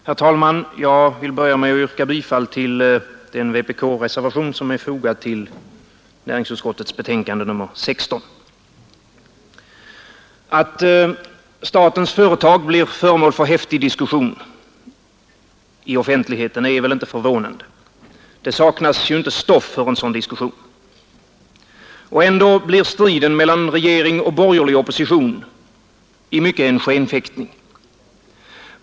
Herr talman! Jag vill börja med att yrka bifall till den vpk-reservation, reservationen 1, som är fogad till näringsutskottets betänkande nr 16. Att statens företag blir föremål för häftig diskussion i offentligheten är väl inte förvånande. Det saknas ju inte stoff för en sådan diskussion. Och ändå blir striden mellan regering och borgerlig opposition i mycket en skenfäktning.